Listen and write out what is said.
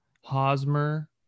Hosmer